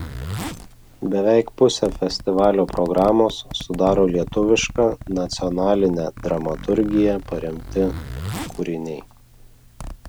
beveik pusę festivalio programos sudaro lietuviška nacionaline dramaturgija paremti kūriniai